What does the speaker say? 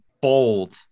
bold